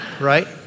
Right